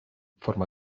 forma